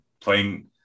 playing